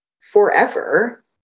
forever